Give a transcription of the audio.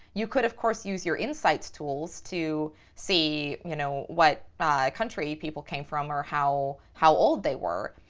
you could, of course, use your insights tools to see, you know, what country people came from or how how old they were.